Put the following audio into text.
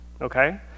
okay